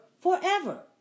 forever